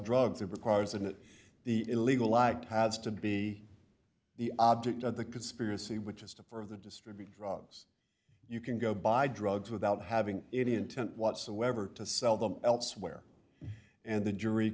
drugs it requires an it the illegal act has to be the object of the conspiracy which is to further distribute drugs you can go buy drugs without having any intent whatsoever to sell them elsewhere and the jury